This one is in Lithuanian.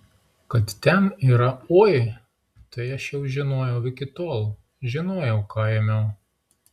kad ten yra oi tai aš jau žinojau iki tol žinojau ką ėmiau